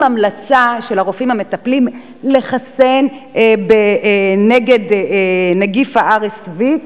המלצה של הרופאים המטפלים לחסן נגד נגיף ה-RSV,